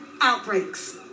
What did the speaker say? outbreaks